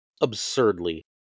absurdly